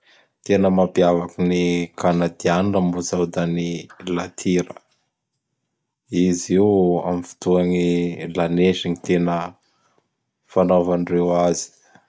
Tena mapiavaky ny Kanadianina moa zao da ny "La tira". Izy io am fotoan gny lanezy gn tena fanaovandreo azy.